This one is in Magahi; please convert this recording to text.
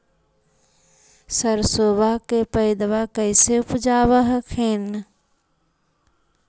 सरसोबा के पायदबा कैसे उपजाब हखिन?